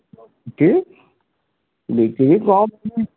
ଦେଖିକି କ'ଣ